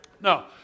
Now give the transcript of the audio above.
No